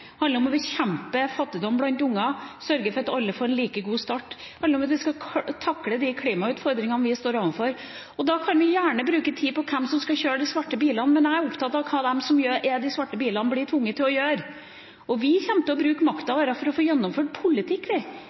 handler om å bekjempe fattigdom blant unger, sørge for at alle får en like god start. Det handler om at vi skal takle de klimautfordringene vi står overfor. Da kan vi gjerne bruke tid på hvem som skal kjøre de svarte bilene, men jeg er opptatt av hva de som er i de svarte bilene, blir tvunget til å gjøre. Vi kommer til å bruke makta vår for å få gjennomført politikk.